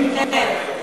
כן.